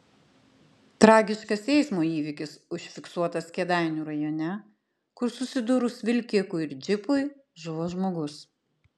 tragiškas eismo įvykis užfiksuotas kėdainių rajone kur susidūrus vilkikui ir džipui žuvo žmogus